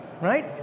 right